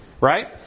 Right